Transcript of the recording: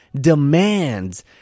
demands